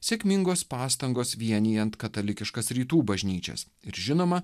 sėkmingos pastangos vienijant katalikiškas rytų bažnyčias ir žinoma